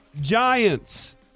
Giants